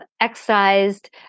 excised